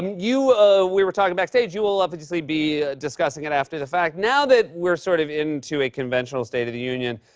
we were talking backstage. you will obviously be discussing it after the fact. now that we're sort of into a conventional state of the union,